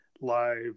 live